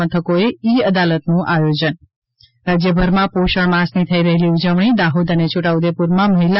મથકોએ ઈ અદાલતનું આયોજન રાજ્યભરમાં પોષણ માસની થઈ રહેલી ઉજવણી દાહોદ અને છોટા ઉદેપુરમાં મહિલા